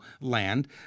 land